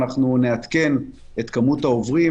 אנחנו נעדכן את כמות העוברים,